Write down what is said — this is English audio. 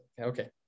Okay